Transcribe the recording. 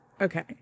okay